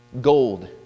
Gold